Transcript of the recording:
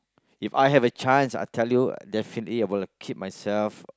If I have a chance I tell you definitely I'm gonna keep myself